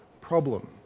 problem